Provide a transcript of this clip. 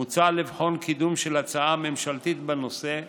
מוצע לבחון קידום של הצעה ממשלתית בנושא זה,